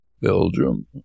Belgium